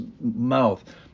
mouth